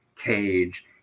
cage